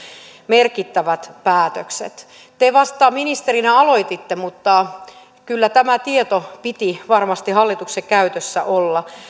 merkittävät päätökset te vasta ministerinä aloititte mutta kyllä tämä tieto piti varmasti hallituksen käytössä olla